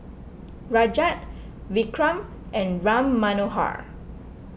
Rajat Vikram and Ram Manohar